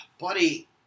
buddy